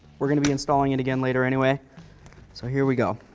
we're going to be installing it again later anyway so here we go.